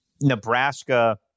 Nebraska –